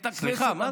את הכנסת הזו, סליחה.